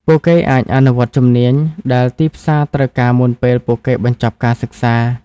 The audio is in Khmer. ពួកគេអាចអនុវត្តជំនាញដែលទីផ្សារត្រូវការមុនពេលពួកគេបញ្ចប់ការសិក្សា។